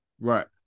Right